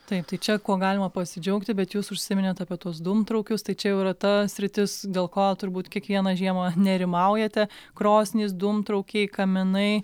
taip tai čia kuo galima pasidžiaugti bet jūs užsiminėt apie tuos dūmtraukius tai čia jau yra ta sritis dėl ko turbūt kiekvieną žiemą nerimaujate krosnys dūmtraukiai kaminai